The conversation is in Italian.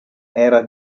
era